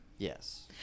Yes